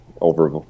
over